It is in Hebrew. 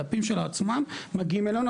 הדפים עצמם מגיעים אלינו,